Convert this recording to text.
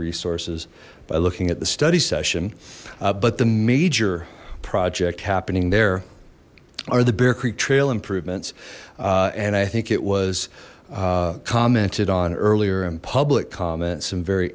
resources by looking at the study session but the major project happening there are the bear creek trail improvements and i think it was commented on earlier and public comments